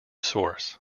source